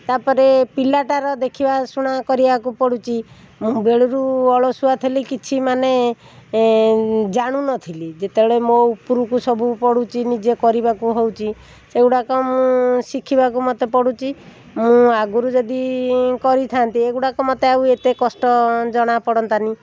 ତା'ପରେ ପିଲାଟାର ଦେଖିବା ଶୁଣା କରିବାକୁ ପଡ଼ୁଛି ବେଳକୁ ଅଳସୁଆ ଥିଲି କିଛି ମାନେ ଜାଣୁନଥିଲି ଯେତେବେଳେ ମୋ ଉପରକୁ ସବୁ ପଡ଼ୁଛି ନିଜେ କରିବାକୁ ହେଉଛି ସେଗୁଡ଼ାକ ମୁଁ ଶିଖିବାକୁ ମୋତେ ପଡ଼ୁଛି ମୁଁ ଆଗରୁ ଯଦି କରିଥାନ୍ତି ଏଗୁଡ଼ାକ ମୋତେ ଆଉ କଷ୍ଟ ଜଣାପଡ଼ନ୍ତାନି